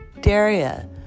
Daria